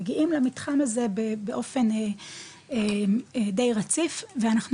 מגיעים למתחם הזה באופן די רציף ואנחנו